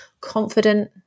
confident